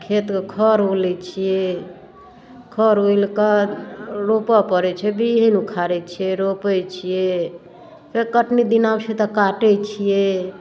खेतके खर ओलै छियै खर ओलिकऽ रोपऽ पड़ै छै बिहीन उखारै छियै रोपै छियै फेर कटनी दिन आबै छै तऽ काटै छियै